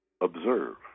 observe